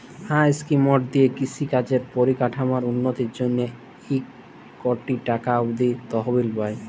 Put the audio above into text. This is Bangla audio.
হাঁ ইস্কিমট দিঁয়ে কিষি কাজের পরিকাঠামোর উল্ল্যতির জ্যনহে ইক কটি টাকা অব্দি তহবিল পায়